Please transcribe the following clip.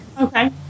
Okay